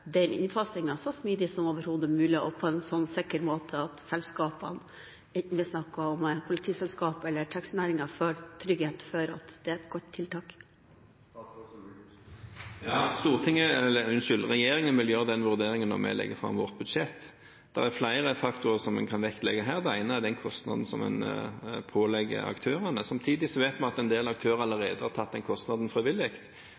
den vurderingen når vi legger fram vårt budsjett. Det er flere faktorer en kan vektlegge her. Det ene er den kostnaden en pålegger aktørene. Samtidig vet vi at en del aktører allerede har tatt den kostnaden frivillig,